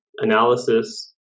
analysis